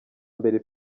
mbere